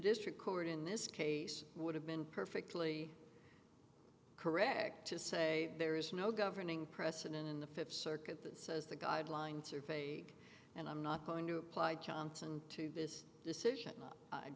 district court in this case would have been perfectly correct to say there is no governing precedent in the fifth circuit that says the guidelines are fake and i'm not going to apply johnson to this decision i